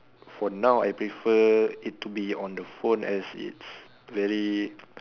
for now I prefer it to be on the phone as it's very